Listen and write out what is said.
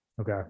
Okay